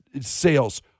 sales